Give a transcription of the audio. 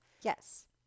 Yes